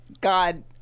God